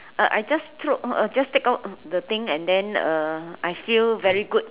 uh I just throw oh I just take out the thing and then uh I feel very good